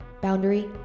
Boundary